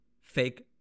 fake